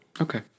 okay